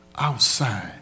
Outside